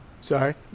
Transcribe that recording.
sorry